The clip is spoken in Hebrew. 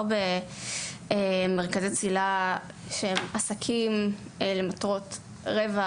במרכזי צלילה שהם עסקים למטרות רווח?